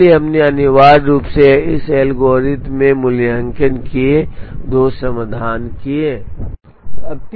इसलिए हमें पामर से बेहतर कोई समाधान नहीं मिला लेकिन फिर हमें इसके आधार पर पामर के समान समाधान मिला लेकिन हमें इसमें एक अलग अनुक्रम मिला